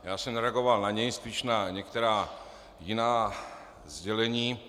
Já jsem nereagoval na něj, spíš na některá jiná sdělení.